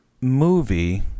movie